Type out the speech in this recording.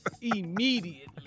Immediately